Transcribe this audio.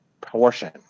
portion